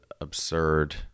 absurd